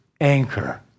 anchor